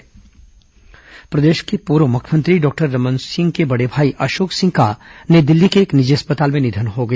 निधन सीएम शोक प्रदेश के पूर्व मुख्यमंत्री डॉक्टर रमन सिंह के बड़े भाई अशोक सिंह का नई दिल्ली के एक निजी अस्पताल में निधन हो गया